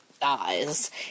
dies